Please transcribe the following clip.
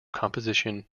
composition